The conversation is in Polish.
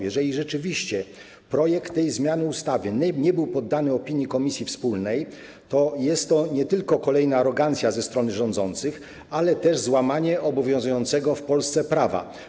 Jeżeli rzeczywiście projekt tej zmiany ustawy nie był poddany opiniowaniu przez komisję wspólną, to jest to nie tylko kolejny przejaw arogancji ze strony rządzących, ale też złamanie obowiązującego w Polsce prawa.